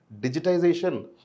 digitization